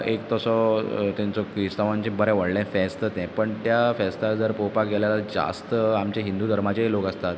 एक तसो तेंचो फेस्त म्हणजे बरें व्हडलें फेस्त तें पण त्या फेस्ताक जर पोवपाक गेल्यार जास्त आमचें हिंदू धर्माचेय लोक आसतात